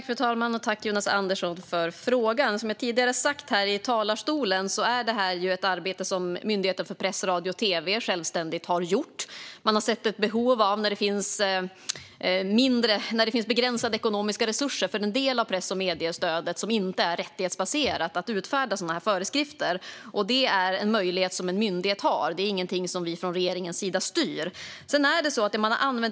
Fru talman! Tack, Jonas Andersson, för frågan! Som jag tidigare har sagt här i talarstolen är det ett arbete som Myndigheten för press, radio och tv har gjort självständigt. När det finns begränsade ekonomiska resurser för den del av press och mediestödet som inte är rättighetsbaserat har man sett ett behov av att utförda sådana föreskrifter. Det är en möjlighet som en myndighet har. Det är inget som regeringen styr.